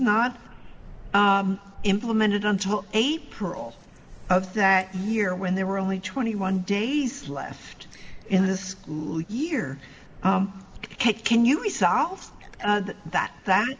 not implemented on top april of that year when there were only twenty one days left in the school year can you resolve that that